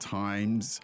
times